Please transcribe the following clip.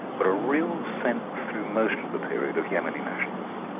but a real sense in most of the period, of yemeni nationalism.